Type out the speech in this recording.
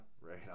right